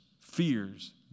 fears